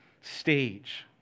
stage